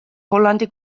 hollandi